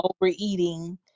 overeating